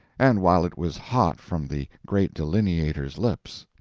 and while it was hot from the great delineator's lips.